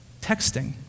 Texting